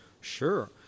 Sure